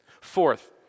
Fourth